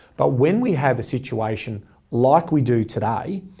but when we have a situation like we do today,